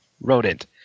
rodent